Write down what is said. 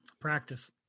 Practice